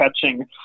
catching